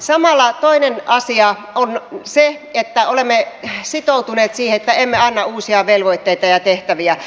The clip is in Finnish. samalla toinen asia on se että olemme sitoutuneet siihen että emme anna uusia velvoitteita ja tehtäviä